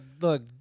look